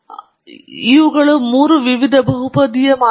ಆದ್ದರಿಂದ ಇವುಗಳು ಮೂರು ವಿವಿಧ ಬಹುಪದೀಯ ಮಾದರಿಗಳಾಗಿವೆ